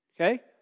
Okay